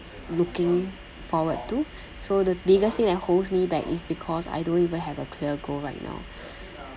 looking forward to so the biggest thing that holds me back is because I don't even have a clear goal right now